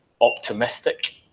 optimistic